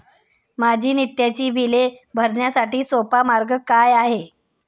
माझी नित्याची बिले भरण्यासाठी सोपा मार्ग काय आहे?